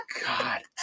god